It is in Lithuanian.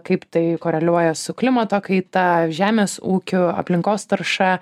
kaip tai koreliuoja su klimato kaita žemės ūkiu aplinkos tarša